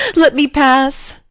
let me pass!